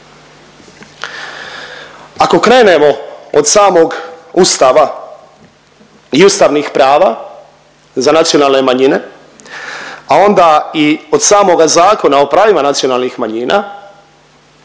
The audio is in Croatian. Ako krenemo od samog Ustava i ustavnih prava za nacionalne manjine, a onda i od samoga Zakona o pravima nacionalnih manjina